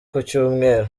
kucyumweru